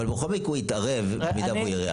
בכל מקרה הוא יתערב במידה שהוא יראה,